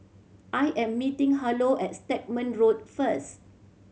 I am meeting Harlow at Stagmont Road first